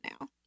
now